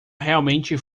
realmente